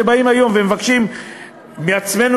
שבאים היום ומבקשים מעצמנו,